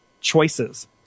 choices